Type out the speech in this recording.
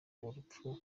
urupfu